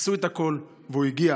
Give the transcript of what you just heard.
עשו את הכול, והוא הגיע.